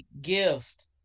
gift